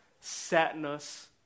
sadness